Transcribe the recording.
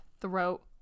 throat